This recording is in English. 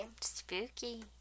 Spooky